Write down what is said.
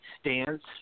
stance